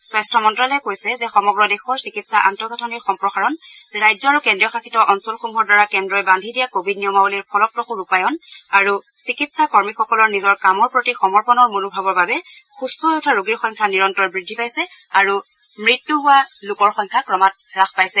স্বাস্থ্য মন্ত্যালয়ে কৈছে যে সমগ্ৰ দেশৰ চিকিৎসা আন্তঃগাঁথনিৰ সম্প্ৰসাৰণ ৰাজ্য আৰু কেন্দ্ৰীয় শাসিত অঞ্চলসমূহৰ দ্বাৰা কেন্দ্ৰই বাদ্ধি দিয়া কোৱিড নিয়মাবলীৰ ফলপ্ৰসূ ৰূপায়ণ আৰু চিকিৎসা কৰ্মীসকলৰ নিজৰ কামৰ প্ৰতি সমৰ্পণৰ মনোভাৱৰ বাবে সুম্থ হৈ উঠা ৰোগীৰ সংখ্যা নিৰন্তৰ বৃদ্ধি পাইছে আৰু মৃত্যু হোৱা লোকৰ সংখ্যা ক্ৰমাৎ হ্যাস পাইছে